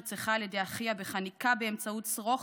נרצחה על ידי אחיה בחניקה באמצעות שרוך,